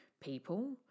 people